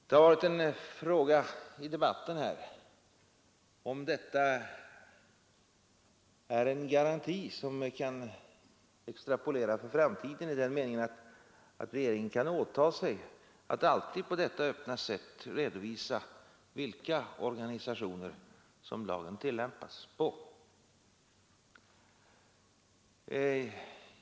Det har under debatten frågats om detta är en garanti som man kan extrapolera för framtiden i den meningen att regeringen kan åtaga sig att alltid på detta öppna sätt redovisa vilka organisationer som lagen skall tillämpas på.